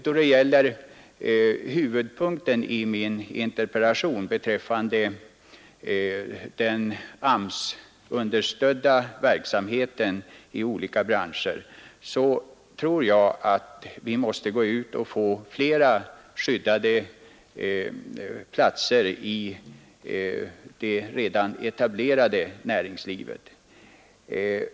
Då det gäller huvudpunkten i min interpellation, den AMS-understödda verksamheten i olika branscher, tror jag att vi måste försöka få till stånd flera skyddade platser i det redan etablerade näringslivet.